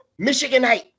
Michiganite